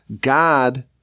God